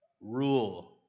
Rule